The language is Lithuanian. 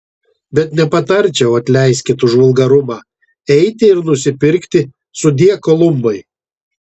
bet nepatarčiau atleiskit už vulgarumą eiti ir nusipirkti sudie kolumbai